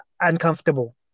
uncomfortable